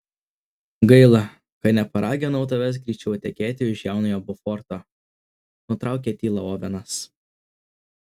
gaila kad neparaginau tavęs greičiau tekėti už jaunojo boforto nutraukė tylą ovenas